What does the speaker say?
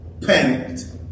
panicked